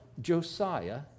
Josiah